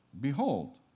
behold